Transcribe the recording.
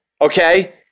Okay